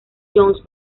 jones